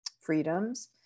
freedoms